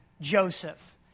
Joseph